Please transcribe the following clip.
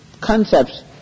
concepts